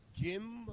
Jim